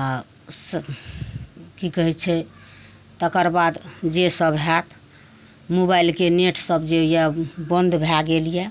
आ की कहै छै तकरबाद जे सभ हैत मोबाइलके नेटसभ जे यए बन्द भए गेल यए